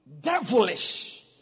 devilish